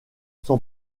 son